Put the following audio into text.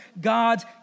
God's